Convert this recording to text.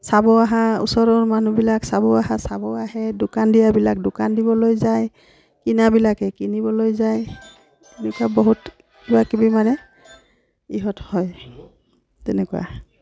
চাব অহা ওচৰৰ মানুহবিলাক চাব অহা চাব আহে দোকান দিয়াবিলাক দোকান দিবলৈ যায় কিনাবিলাকে কিনিবলৈ যায় এনেকুৱা বহুত কিবাকিবি মানে ইয়াত হয় তেনেকুৱা